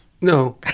No